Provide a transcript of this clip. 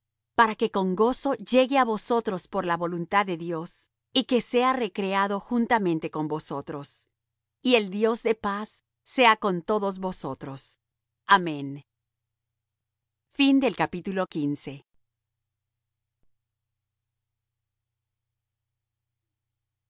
para que con gozo llegue á vosotros por la voluntad de dios y que sea recreado juntamente con vosotros y el dios de paz sea con todos vosotros amén